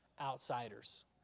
outsiders